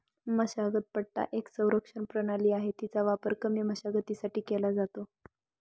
मशागत पट्टा एक संरक्षण प्रणाली आहे, तिचा वापर कमी मशागतीसाठी केला जातो